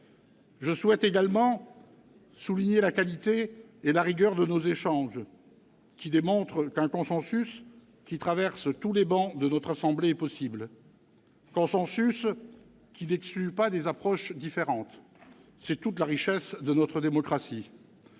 Je souhaite également souligner la qualité et la rigueur de nos échanges. Ils démontrent qu'un consensus traversant toutes les travées de notre assemblée est possible. Au demeurant, ce consensus n'exclut pas des approches différentes. C'est toute la richesse de notre démocratie.